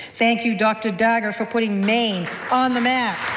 thank you dr. dagher for putting maine on the map.